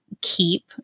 keep